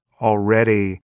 already